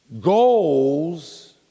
goals